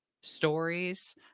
stories